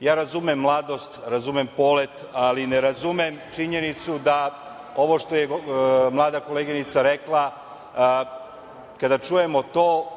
Razumem ja mladost, razumem polet, ali ne razumem činjenicu da… Ovo što je mlada koleginica rekla kada čujemo to